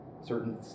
certain